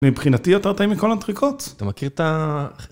מבחינתי יותר טעים מכל אנטריקוט. אתה מכיר את ה...